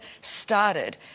started